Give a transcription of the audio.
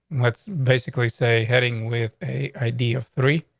let's basically say heading with a idea of three.